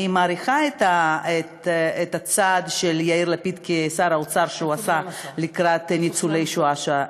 אני מעריכה את הצעד שיאיר לפיד עשה כשר האוצר לקראת ניצולי שואה,